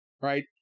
right